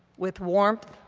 with warmth,